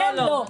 אתם לא.